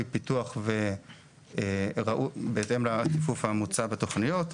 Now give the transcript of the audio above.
פיתוח בהתאם לציפוף המוצע בתכניות.